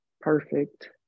perfect